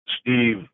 Steve